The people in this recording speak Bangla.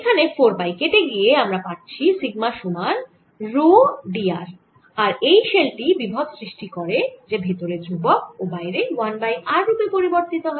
এখানে 4 পাই কেটে গিয়ে আমরা পাচ্ছি সিগমা সমান রো d r আর এই শেল টি বিভব সৃষ্টি করে যে ভেতরে ধ্রুবক ও বাইরে 1 বাই r রুপে পরিবর্তিত হয়